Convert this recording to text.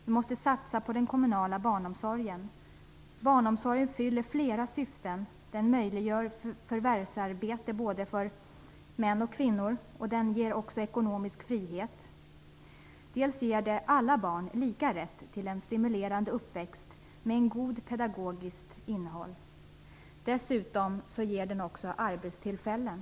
Vi måste satsa på den kommunala barnomsorgen. Barnomsorgen fyller flera syften. Den möjliggör förvärvsarbete både för män och kvinnor, och den ger ekonomisk frihet. Den ger alla barn lika rätt till en stimulerande uppväxt med ett gott pedagogiskt innehåll. Dessutom ger den arbetstillfällen.